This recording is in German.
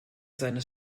seines